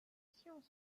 science